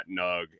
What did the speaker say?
nug